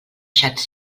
xats